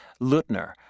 Lutner